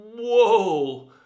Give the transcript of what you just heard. whoa